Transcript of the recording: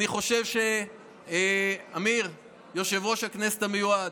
אמיר יושב-ראש הכנסת המיועד,